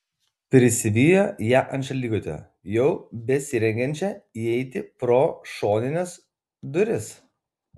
prisivijo ją ant šaligatvio jau besirengiančią įeiti pro šonines duris